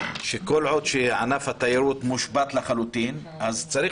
שכל עוד ענף התיירות מושבת לחלוטין צריך